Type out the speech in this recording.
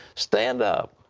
stand up!